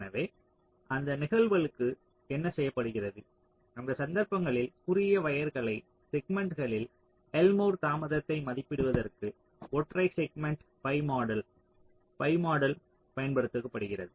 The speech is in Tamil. எனவே அந்த நிகழ்வுகளுக்கு என்ன செய்யப்படுகிறது அந்த சந்தர்ப்பங்களில் குறுகிய வயர்களை செக்மென்ட்களில் எல்மோர் தாமதத்தை மதிப்பிடுவதற்கு ஒற்றை segment pi model pi model பயன்படுத்தப்படுகிறது